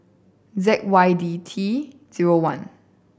Z Y D T zero one